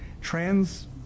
trans